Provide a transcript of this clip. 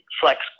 flex